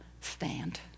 stand